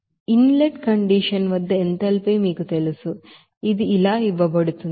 ఈ inlet condition వద్ద enthalpy మీకు తెలుసు ఇది ఇలా ఇవ్వబడుతుంది